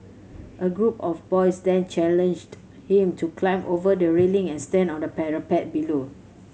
a group of boys then challenged him to climb over the railing and stand on the parapet below